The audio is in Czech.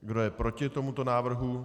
Kdo je proti tomuto návrhu?